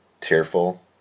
tearful